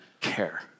care